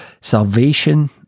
salvation